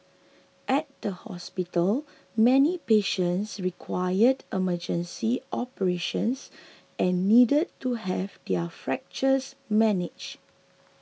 at the hospital many patients required emergency operations and needed to have their fractures managed